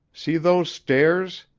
see those stairs?